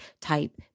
type